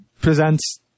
presents